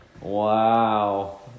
Wow